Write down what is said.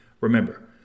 Remember